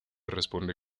responde